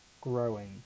growing